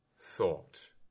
thought